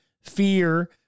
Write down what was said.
fear